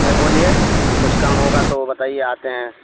اھر بولیے کچھ کم ہوگا تو وہ بتائیے آتے ہیں